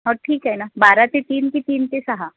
हा ठीक आहे ना बारा ते तीन की तीन ते सहा